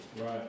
Right